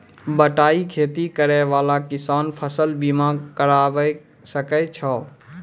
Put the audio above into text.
बटाई खेती करै वाला किसान फ़सल बीमा करबै सकै छौ?